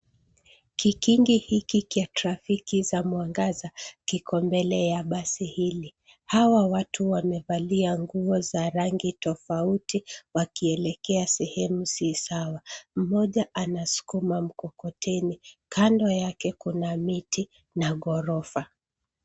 Kikingi hiiki kya trafiki za mwangaza kiko mbele ya basi hili. Hawa watu wamevalia nguo za rangi tofauti wakielekea sehemu si sawa. Mmoja anaskuma mkokoteni. Kando yake, kuna miti na ghorofa.